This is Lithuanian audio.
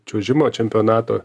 čiuožimo čempionato